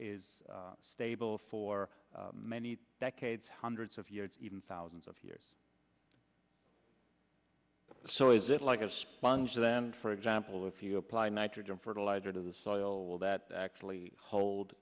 is stable for many decades hundreds of years even thousands of years so is it like a sponge then for example if you apply nitrogen fertilizer to the soil that actually hold